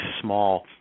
small